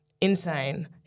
Insane